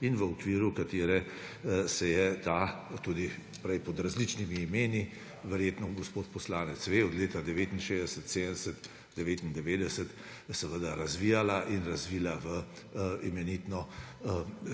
in v okviru katere se je le-ta tudi prej, pod različnimi imeni – verjetno gospod poslanec ve –, od leta 1969, 1970, 1999 razvijala in razvila v imenitno